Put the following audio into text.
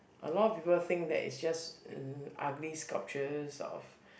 a lot of people think that is just ugh ugly culture of